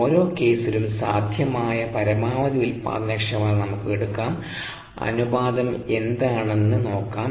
ഓരോ കേസിലും സാധ്യമായ പരമാവധി ഉൽപാദനക്ഷമത നമുക്ക് എടുക്കാം അനുപാതം എന്താണെന്ന് നോക്കാം